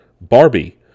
Barbie